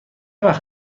وقت